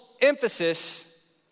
emphasis